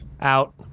Out